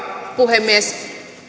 puhemies